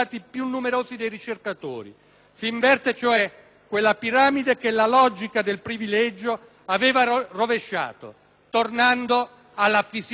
Si inverte, cioè, quella piramide che la logica del privilegio aveva rovesciato, tornando alla fisiologia di ogni accademia.